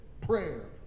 prayer